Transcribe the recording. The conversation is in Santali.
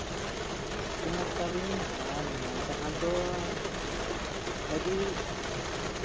ᱥᱚᱢᱚᱥᱥᱟ ᱨᱤᱧ ᱯᱟᱲᱟᱣ ᱞᱮᱱᱟ ᱡᱟᱦᱟᱸ ᱫᱚ ᱟᱹᱰᱤ